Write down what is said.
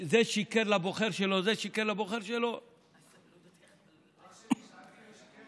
זה שיקר לבוחר שלו, זה שיקר